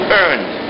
earned